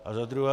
A za druhé.